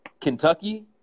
Kentucky